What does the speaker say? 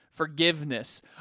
forgiveness